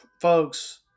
folks